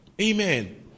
Amen